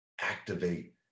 activate